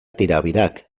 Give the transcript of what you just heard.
tirabirak